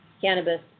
cannabis